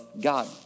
God